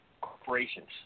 corporations